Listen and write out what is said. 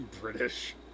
British